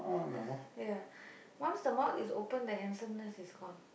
ya once the mouth is open the handsomeness is gone